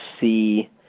see